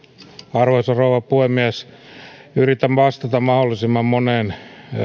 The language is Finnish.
arvoisa rouva puhemies yritän vastata mahdollisimman moneen